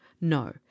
no